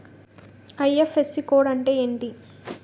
IFSC code అంటే ఏంటి?